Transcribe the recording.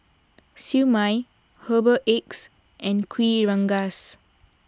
Siew Mai Herbal Eggs and Kuih Rengas